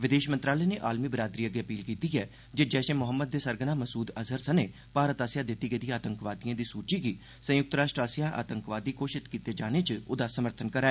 वदेश मंत्रालय नै आलमी बिरादरी अग्गें अपील कीती ऐ जे जैशे मोहम्मद दे सरगना मसूद अज़हर सने भारत आस्सेया दिती गेदी आतंकवादियें दी सूचि गी संयुक्त राष्ट्र आस्सेया आतंकवादी घोषित कीते जाने च ओदा समर्थन करै